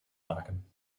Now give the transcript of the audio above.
maken